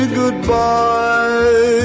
goodbye